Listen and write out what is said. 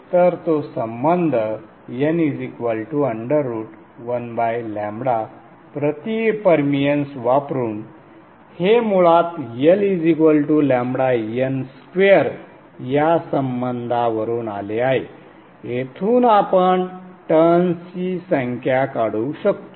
तर तो संबंध N1 प्रति परमिअन्स वापरून हे मुळात LN2 या संबंधावरून आले आहे येथून आपण टर्न्सची संख्या काढू शकतो